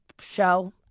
show